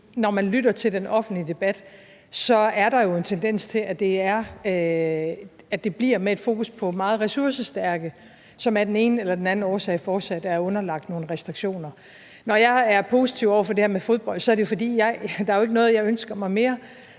når man lytter til den offentlige debat, er der jo en tendens til, at der bliver et fokus på nogle meget ressourcestærke, som af den ene eller den anden årsag fortsat er underlagt nogle restriktioner. Når jeg er positiv over for det her med fodbold, er det, fordi der jo ikke er noget, jeg ønsker mig mere